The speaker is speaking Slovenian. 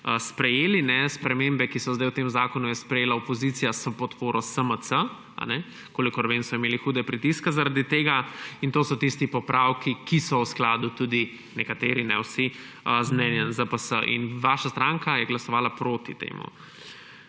sprejeli. Spremembe, ki so zdaj v tem zakonu, je sprejela opozicija s podporo SMC. Kolikor vem, so imeli hude pritiske zaradi tega in to so tisti popravki, ki so v skladu tudi nekateri, ne vsi, z mnenjem ZPS in vaša stranka je glasovala proti temu.